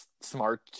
smart